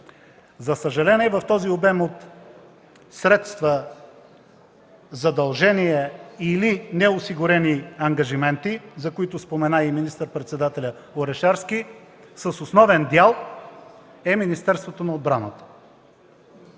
ангажименти. В този обем от средства задължения или неосигурени ангажименти, за които спомена и министър-председателят Орешарски, за съжаление, с основен дял е Министерството на отбраната.